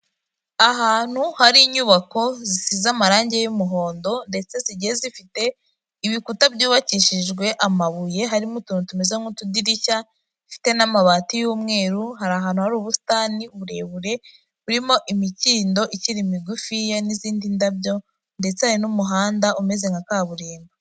Ahantu hari inyubako zisize amarangi y'umuhondo, ndetse zigiye zifite ibikuta byubakishijwe amabuye harimo utuntu tumeze nk'utudirishya, ifite n'amabati y'umweru, hari ahantu hari ubusitani burebure, burimo imikindo ikiri migufiya n'izindi ndabyo, ndetse hari n'umuhanda umeze nka kaburimbo.